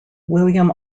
william